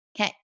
Okay